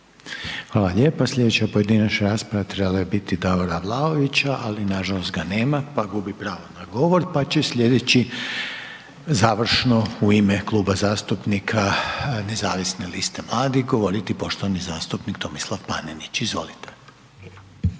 Hvala lijepa. Sljedeća pojedinačna rasprava trebala je biti Davora Vlaovića ali na žalost ga nema, pa gubi pravo na govor. Pa će sljedeći završno u ime Kluba zastupnika Nezavisne liste mladih govoriti poštovani zastupnik Tomislav Panenić. Izvolite.